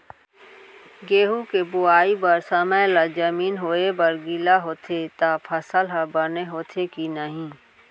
गेहूँ के बोआई बर समय ला जमीन होये बर गिला होथे त फसल ह बने होथे की नही?